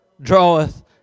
draweth